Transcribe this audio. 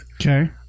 Okay